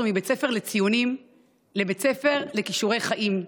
מבית ספר לציונים לבית ספר לכישורי חיים,